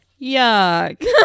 Yuck